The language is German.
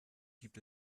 gibt